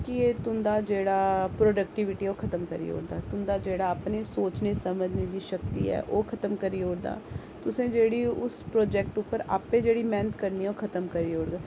एह् तुंदा जेह्ड़ा परोडक्टबिटी ऐ खत्म करी ओड़दा तुंदा जेह्ड़ा सोचने समझने दी शक्ति ऐ ओह् खत्म करी ओड़दा तुसें जेह्ड़ी उस परोजैक्ट पर आपे जेह्ड़ी मैह्नत खत्म करी ओड़ंग